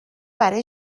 برای